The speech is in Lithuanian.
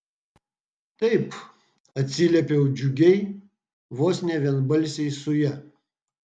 taip atsiliepiau džiugiai vos ne vienbalsiai su ja